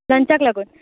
लंचाक लागून